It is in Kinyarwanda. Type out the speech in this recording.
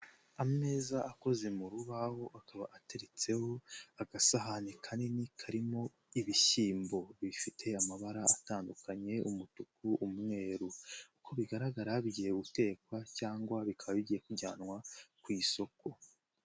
Ameza akoze mu rubaho, akaba ateretseho agasahani kanini karimo ibishyimbo, bifite amabara atandukanye umutuku ,umweru. Uko bigaragara bigiye gutekwa cyangwa bikaba bigiye kujyanwa ku isoko.